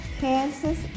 Kansas